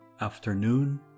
afternoon